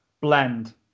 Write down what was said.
blend